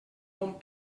bon